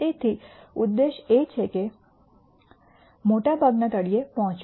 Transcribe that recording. તેથી ઉદ્દેશ એ છે કે મોટા ભાગના તળિયે પહોંચવું